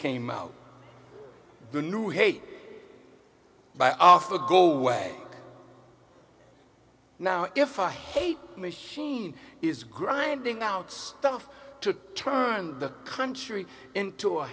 came out the new hey by the go way now if i hate machine is grinding out stuff to turn the country into a